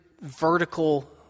vertical